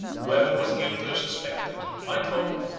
whoever was guilty or suspected, might hope,